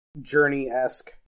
Journey-esque